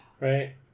Right